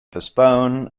postpone